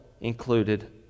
included